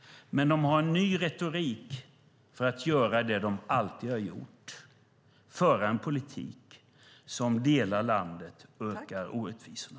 Men de har en ny retorik för att göra det de alltid har gjort, nämligen att föra en politik som delar landet och ökar orättvisorna.